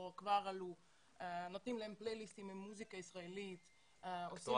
כבר עלו ונותנים להם פלייליסטים עם מוזיקה ישראלית אקטואלית,